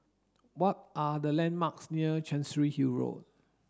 what are the landmarks near Chancery Hill Road